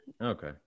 Okay